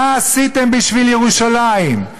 מה עשיתם בשביל ירושלים?